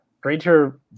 greater